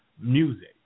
music